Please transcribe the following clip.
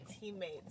teammates